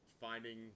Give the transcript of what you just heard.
finding